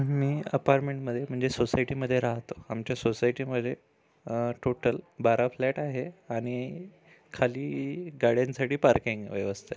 मी अपारमेणमध्ये म्हणजे सोसायटीमध्ये राहतो आमच्या सोसायटीमध्ये टोटल बारा फ्लॅट आहे आणि खाली गाड्यांसाठी पार्किंग व्यवस्था आहे